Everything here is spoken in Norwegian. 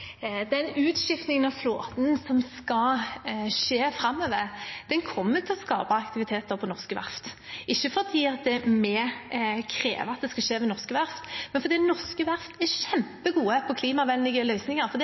Den utskiftningen av flåten som skal skje framover, kommer til å skape aktivitet på norske verft, ikke fordi vi krever at det skal skje ved norske verft, men fordi norske verft er kjempegode på klimavennlige løsninger,